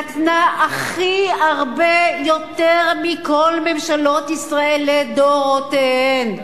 נתנה הכי הרבה, יותר מכל ממשלות ישראל לדורותיהן,